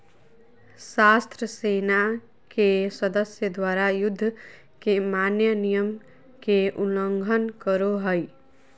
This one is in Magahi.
सशस्त्र सेना के सदस्य द्वारा, युद्ध के मान्य नियम के उल्लंघन करो हइ